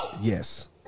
Yes